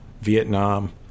Vietnam